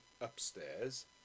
upstairs